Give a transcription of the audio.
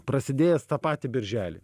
prasidėjęs tą patį birželį